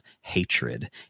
hatred